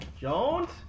Jones